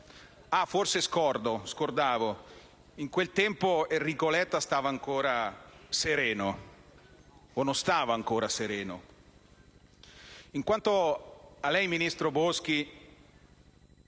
forse scordavo che in quel tempo Enrico Letta stava ancora sereno, o non stava ancora sereno. Quanto a lei, ministro Boschi,